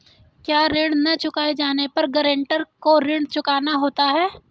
क्या ऋण न चुकाए जाने पर गरेंटर को ऋण चुकाना होता है?